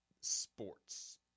sports